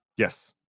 Yes